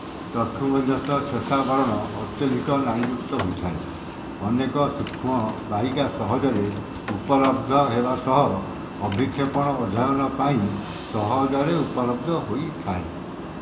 ଚକ୍ଷୁମଧ୍ୟସ୍ଥ ଶ୍ଳେଷ୍ମାବରଣ ଅତ୍ୟଧିକ ନାଡ଼ିଯୁକ୍ତ ହୋଇଥାଏ ଅନେକ ସୂକ୍ଷ୍ମ ବାହିକା ସହଜରେ ଉପଲବ୍ଧ ହେବା ସହ ଅଭିକ୍ଷେପଣ ଅଧ୍ୟୟନ ପାଇଁ ସହଜରେ ଉପଲବ୍ଧ ହୋଇଥାଏ